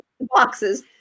boxes